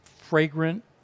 fragrant